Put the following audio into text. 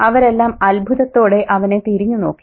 അവരെല്ലാം അത്ഭുതത്തോടെ അവനെ തിരിഞ്ഞു നോക്കി